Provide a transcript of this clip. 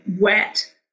wet